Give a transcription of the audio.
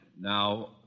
Now